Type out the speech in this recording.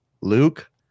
Luke